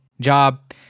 job